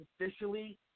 officially